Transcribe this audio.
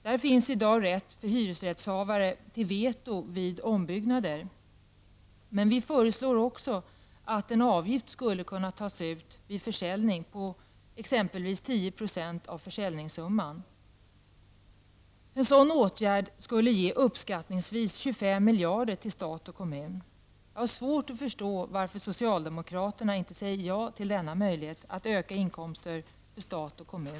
Det finns i dag rätt för hyresrättshavare att lägga in veto vid ombyggnader. Men vi föreslår också att en avgift skall tas ut vid försäljning, exempelvis med 10 % av försäljningssumman. En sådan åtgärd skulle ge uppskattningsvis 25 miljarder till staten och kommunerna. Jag har svårt att förstå varför socialdemokraterna inte säger ja till denna möjlighet för staten och kommunerna att öka sina inkomster.